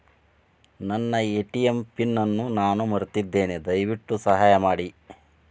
ನನ್ನ ATM pin ಅನ್ನು ನಾನು ಮರೆತಿದ್ದೇನೆ, ದಯವಿಟ್ಟು ಸಹಾಯ ಮಾಡಿ